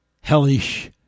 hellish